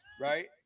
right